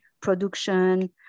production